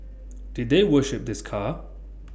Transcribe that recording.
did they worship this car